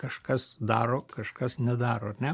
kažkas daro kažkas nedaro ar ne